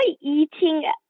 eating